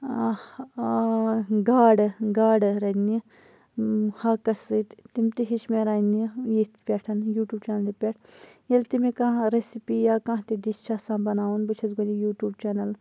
گاڈٕ گاڈٕ رَننہِ ہاکَس سۭتۍ تِم تہِ ہیٚچھ مےٚ رَننہٕ ییٚتھ پیٚٹھ یوٗٹوٗب چَنلہِ پیٹھ ییٚلہِ تہِ مےٚ کانٛہہ ریٚسِپی یا کانٛہہ تہِ ڈِش چھِ آسان بَناوُن بہٕ چھَس گۄڈنٮ۪تھ یوٗٹوٗب چَنَل